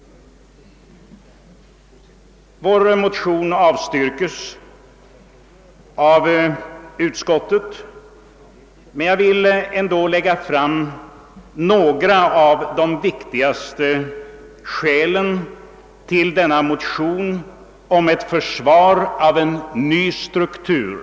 Vår motion avstyrks av utskottet, men jag vill ändå föra fram några skäl till denna motion om ett försvar med ny struktur.